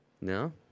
No